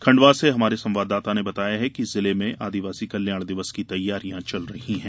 खंडवा से हजारे संवाददाता ने बताया है कि जिले में आदिवासी कल्याण दिवस की तैयारियां चल रही है